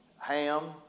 Ham